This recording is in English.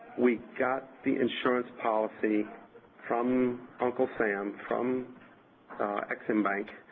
we got the insurance policy from uncle sam, from ex-im bank,